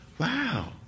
Wow